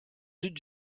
lutte